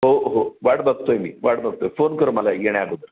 हो हो वाट बघतो आहे मी वाट बघतो आहे फोन कर मला येण्याअगोदर